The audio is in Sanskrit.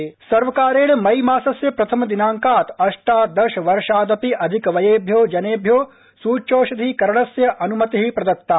सूच्यौषध अर्हता सर्वकारेण मई मासस्य प्रथमादिनांकात् अष्टादशवर्षादपि अधिकवयेभ्यो जनेभ्यो सुच्यौषधीकरणस्य अनुमति प्रदत्ता